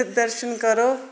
दर्शन करो